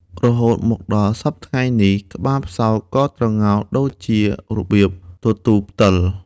រហូតមកដល់សព្វថ្ងៃនេះ ក្បាលផ្សោតក៏ត្រងោលដូចជារបៀបទទូរផ្ដិល។